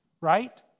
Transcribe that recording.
right